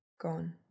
gone